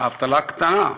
האבטלה קטנה,